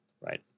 Right